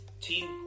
team